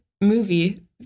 movie